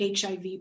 HIV